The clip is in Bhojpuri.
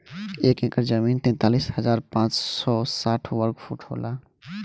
एक एकड़ जमीन तैंतालीस हजार पांच सौ साठ वर्ग फुट होला